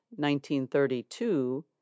1932